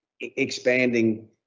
expanding